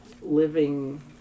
living